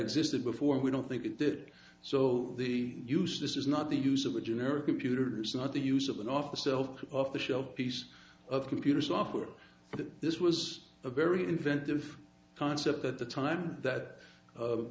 existed before we don't think it did so the use this is not the use of a generic computers not the use of an office self off the shelf piece of computer software that this was a very inventive concept at the time that